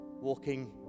Walking